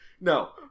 No